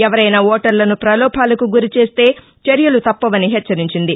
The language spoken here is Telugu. ఎవరైనా ఓటర్లసు పలోభాలకు గురిచేస్తే చర్యలు తప్పవని హెచ్చరించింది